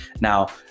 now